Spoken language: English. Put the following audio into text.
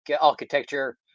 architecture